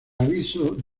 aviso